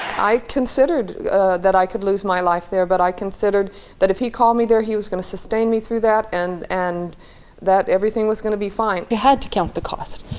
i considered that i could lose my life there, but i considered that if he called me there, he was going to sustain me through that, and and that everything was going to be fine. you had to count the costs.